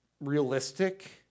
realistic